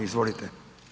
Izvolite.